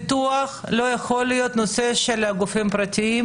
דת יהודיים): לגבי הפיתוח לא יכול להיות שאלו יהיו גופים פרטיים,